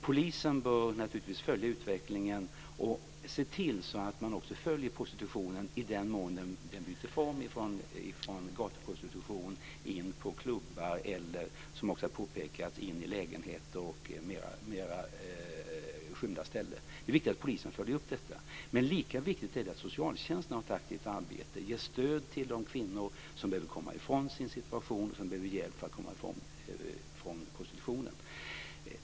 Polisen bör naturligtvis följa utveckling och se till att man också följer prostitutionen i den mån den byter form från gatuprostitution och flyttar in på klubbar eller - som också har påpekats - in i lägenheter och mer undanskymda ställen. Det är viktigt att polisen följer upp detta. Men det är lika viktigt att socialtjänsten utför ett aktivt arbete och ger stöd till de kvinnor som behöver komma ifrån sin situation och som behöver hjälp för att komma ifrån prostitutionen.